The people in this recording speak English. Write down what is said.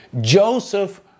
Joseph